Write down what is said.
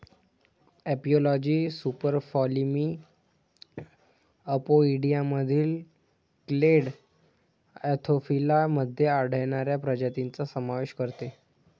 एपिलॉजी सुपरफॅमिली अपोइडियामधील clade Anthophila मध्ये आढळणाऱ्या प्रजातींचा समावेश करते